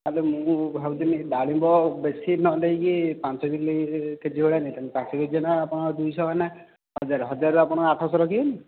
ତାହେଲେ ମୁଁ ଭାବୁଥିଲି ଡାଳିମ୍ବ ବେଶୀ ନ ନେଇକି ପାଞ୍ଚ କେଜି କେଜି ଭଳିଆ ନେଇଥାନ୍ତି ପାଞ୍ଚ କେଜି ହେଲା ଆପଣ ଦୁଇଶହ ମାନେ ହଜାରେ ହଜାରେ ଆପଣ ଆଠଶହ ରଖିବେନି